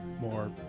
more